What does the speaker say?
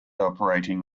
operating